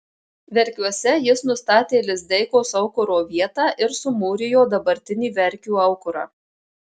verkiuose jis nustatė lizdeikos aukuro vietą ir sumūrijo dabartinį verkių aukurą